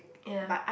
ya